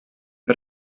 per